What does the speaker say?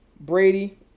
Brady